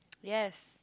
yes